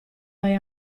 vai